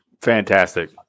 Fantastic